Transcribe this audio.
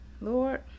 Lord